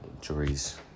juries